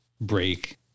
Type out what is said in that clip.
break